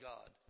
God